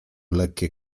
lekkie